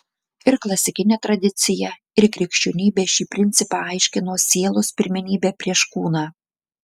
ir klasikinė tradicija ir krikščionybė šį principą aiškino sielos pirmenybe prieš kūną